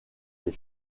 des